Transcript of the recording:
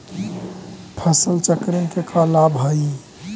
फसल चक्रण के का लाभ हई?